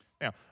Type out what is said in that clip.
Now